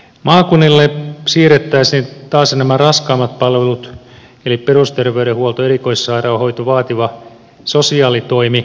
maakunnille siirrettäisiin taasen nämä raskaammat palvelut eli perusterveydenhuolto erikoissairaanhoito vaativa sosiaalitoimi